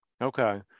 Okay